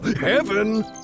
heaven